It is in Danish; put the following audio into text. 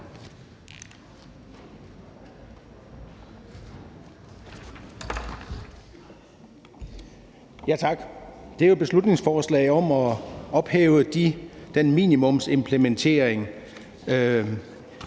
Tak. Det er jo et beslutningsforslag om at ophæve den minimumsimplementering